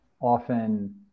often